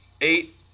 Eight